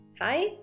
Hi